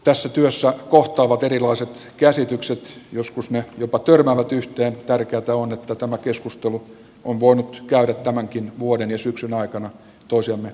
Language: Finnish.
tässä työssä kohtaavat erilaiset käsitykset joskus ne jopa törmäävät yhteen tärkeätä on että tämä keskustelu on voinut käydä tämänkin vuoden ja syksyn aikana tuossa me